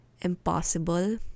impossible